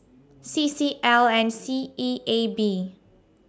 C C L and S E A B